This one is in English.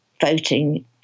voting